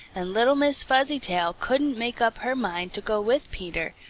and little miss fuzzytail couldn't make up her mind to go with peter,